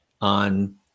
on